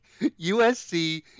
USC